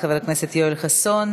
תודה רבה לחבר הכנסת יואל חסון.